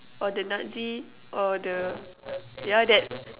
or the Nazi or the ya that